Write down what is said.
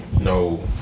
no